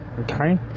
okay